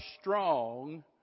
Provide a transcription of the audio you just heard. strong